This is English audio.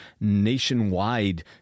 nationwide